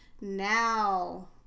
now